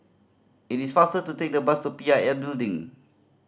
it is faster to take the bus to P I L Building